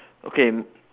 okay